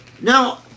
Now